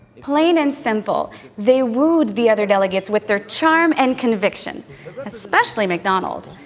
plain and simple they wooed the other delegates with their charm and conviction especially macdonald.